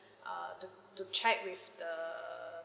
uh to to check with the